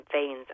veins